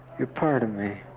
you're part of me